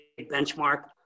benchmark